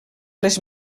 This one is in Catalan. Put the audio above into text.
les